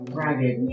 ragged